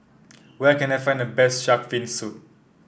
where can I find the best shark's fin soup